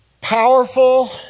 powerful